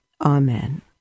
Amen